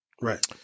Right